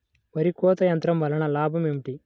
వరి కోత యంత్రం వలన లాభం ఏమిటి?